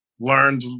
learned